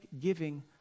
giving